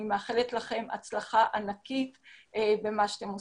אני מאחלת לכם הצלחה ענקית במה שאתם עושים.